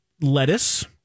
lettuce